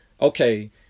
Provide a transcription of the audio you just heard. Okay